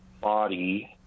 body